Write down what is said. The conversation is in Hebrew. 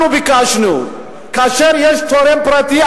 אנחנו ביקשנו שכאשר יש תורם פרטי,